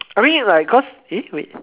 I mean like cause eh wait